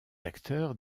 acteurs